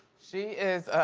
she is